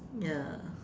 ya